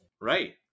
Right